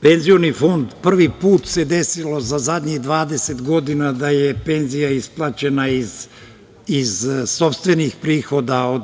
Penzioni fond, prvi put se desilo za zadnjih 20 godina da je penzija isplaćena iz sopstvenih prihoda od